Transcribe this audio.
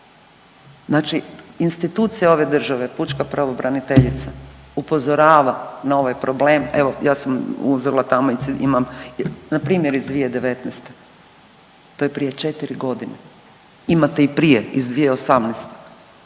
znači institucija ove države pučka pravobraniteljica upozorava na ovaj problem, evo ja sam uzela tamo i imam npr. iz 2019. to je prije 4 godine, imate i prije iz 2018.